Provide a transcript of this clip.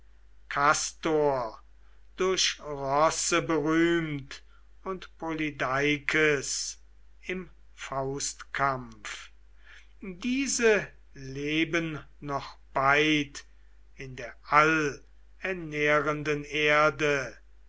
kastor durch rosse berühmt und polydeikes im faustkampf diese leben noch beid in der allernährenden erde